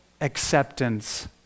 acceptance